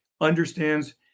understands